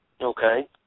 Okay